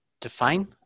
define